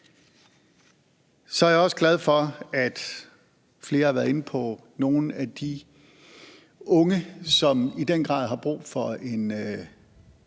Så er jeg også glad for, at flere har været inde på nogle af de unge, som i den grad har brug for en